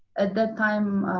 at that time,